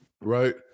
Right